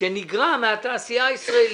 שנגרע מהתעשייה הישראלית.